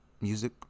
music